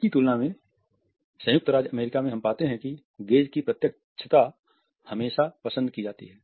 इसकी तुलना में संयुक्त राज्य अमेरिका में हम पाते हैं कि गेज़ की प्रत्यक्षता हमेशा पसंद की जाती है